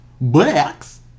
Blacks